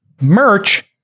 merch